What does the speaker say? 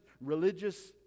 religious